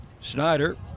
Snyder